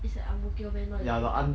it's at ang mo kio meh not yio chu kang meh